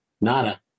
nada